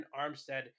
Armstead